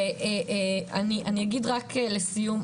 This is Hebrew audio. אני אגיד רק לסיום,